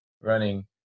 running